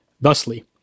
Thusly